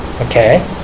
okay